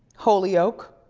holyoke,